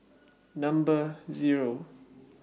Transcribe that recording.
Number Zero